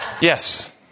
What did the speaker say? Yes